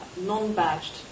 non-badged